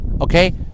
Okay